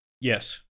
Yes